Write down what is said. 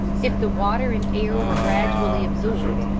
if the water and air were gradually absorbed,